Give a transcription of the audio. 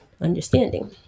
understanding